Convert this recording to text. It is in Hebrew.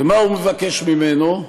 ומה הוא מבקש ממנו?